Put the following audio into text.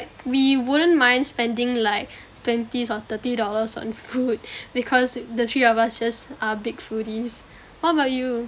we wouldn't mind spending like twenties or thirty dollars on food because the three of us just are big foodies what about you